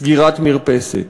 סגירת מרפסת,